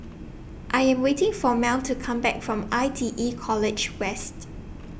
I Am waiting For Mel to Come Back from I T E College West